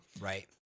right